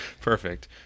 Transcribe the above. perfect